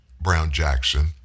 Brown-Jackson